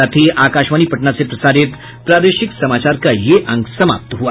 इसके साथ ही आकाशवाणी पटना से प्रसारित प्रादेशिक समाचार का ये अंक समाप्त हुआ